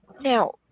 Now